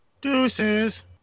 Deuces